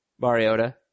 Mariota